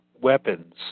weapons